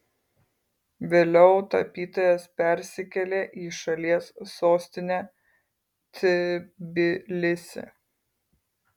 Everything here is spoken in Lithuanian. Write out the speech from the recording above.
vėliau tapytojas persikėlė į šalies sostinę tbilisį